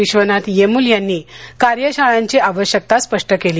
विश्वनाथ येमूल यांनी कार्यशाळांची आवश्यकता स्पष्ट केली